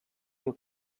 your